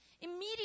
immediately